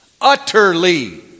utterly